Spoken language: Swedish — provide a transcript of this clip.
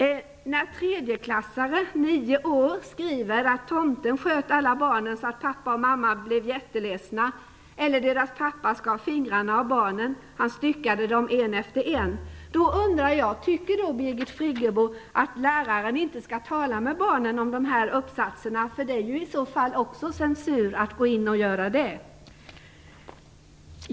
När tredjeklassare, nio år gamla, skriver att tomten sköt alla barnen, så att pappa och mamma blev jätteledsna, eller att deras pappa skar fingrarna av barnen och styckade dem en efter en, undrar jag: Tycker Birgit Friggebo då inte att läraren skall tala med barnen om de här uppsatserna? Det är ju ett slags censur också att göra det.